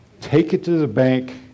take-it-to-the-bank